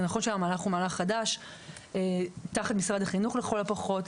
זה נכון שהמהלך הוא מהלך חדש תחת משרד החינוך לכל הפחות,